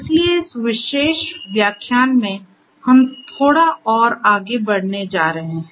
इसलिए इस विशेष व्याख्यान में हम थोड़ा और आगे बढ़ने जा रहे हैं